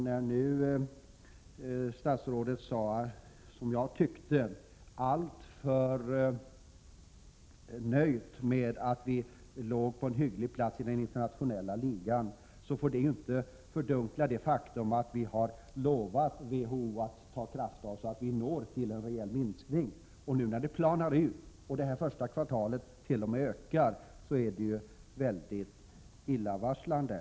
När statsrådet, som jag uppfattade det, var alltför nöjd med att vi låg på en hygglig plats i den internationella ligan, får det inte fördunkla det faktum att vi har lovat WHO att ta krafttag för att uppnå en rejäl minskning. När nu "konsumtionen planat ut och under första kvartalet i år t.o.m. ökat är det — Prot. 1987/88:129 mycket illavarslande.